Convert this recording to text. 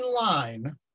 line